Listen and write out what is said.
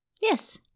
Yes